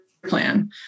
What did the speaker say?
plan